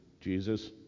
Jesus